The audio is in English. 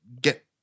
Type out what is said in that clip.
get